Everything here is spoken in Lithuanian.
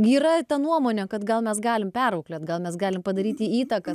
yra ta nuomonė kad gal mes galim perauklėt gal mes galim padaryti įtakas